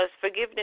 forgiveness